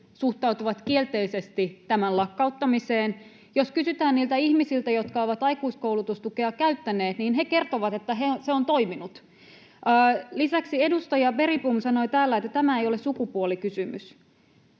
suhtautuvat kielteisesti tämän lakkauttamiseen? Jos kysytään niiltä ihmisiltä, jotka ovat aikuiskoulutustukea käyttäneet, niin he kertovat, että se on toiminut. Lisäksi edustaja Bergbom sanoi täällä, että tämä ei ole sukupuolikysymys.